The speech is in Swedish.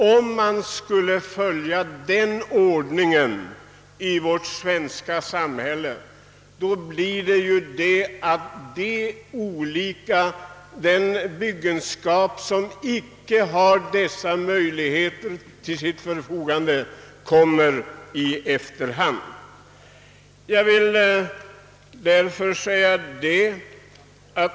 Om man skall följa den ordningen i vårt svenska samhälle blir resultatet att den byggenskap som icke har dessa möjligheter till sitt förfogande kommer i efterhand.